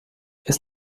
ist